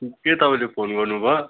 त्यही तपाईँले फोन गर्नुभयो